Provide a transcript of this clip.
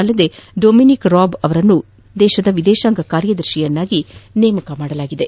ಅಲ್ಲದೆ Dominic Raab ಅವರನ್ನು ದೇಶದ ವಿದೇಶಾಂಗ ಕಾರ್ಯದರ್ಶಿಯನ್ನಾಗಿ ನೇಮಕ ಮಾಡಲಾಗಿದೆ